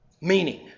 meaning